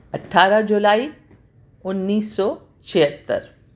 اٹھارہ جولائی انیس سو چھہتر